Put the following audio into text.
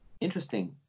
interesting